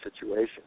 situation